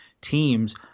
teams